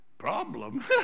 problem